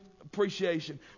appreciation